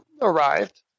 arrived